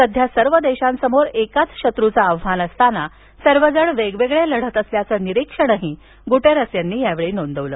सध्या सर्व देशांसमोर एकाच शत्रूचं आव्हान असताना सर्व जण वेगवेगळे लढत असल्याचं निरीक्षण गुटेरेस यांनी नोंदवलं